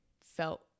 felt